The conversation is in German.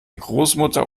großmutter